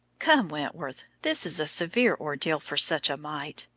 come, wentworth, this is a severe ordeal for such a mite.